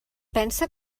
pensa